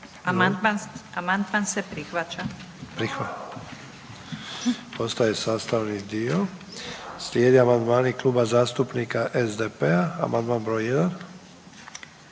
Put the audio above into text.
amandmana je prihvaćen.